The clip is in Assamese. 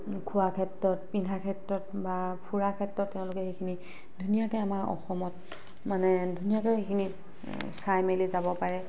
খোৱা ক্ষেত্ৰত পিন্ধা ক্ষেত্ৰত বা ফূৰা ক্ষেত্ৰত তেওঁলোকে সেইখিনি ধুনীয়াকৈ আমাৰ অসমত মানে ধুনীয়াকৈ সেইখিনি চাই মেলি যাব পাৰে